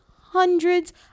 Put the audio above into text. hundreds